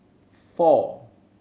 four